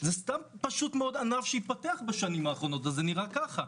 זה פשוט ענף שהתפתח בשנים האחרונות וזה נראה ככה,